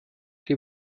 die